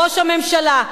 ראש הממשלה,